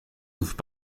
doivent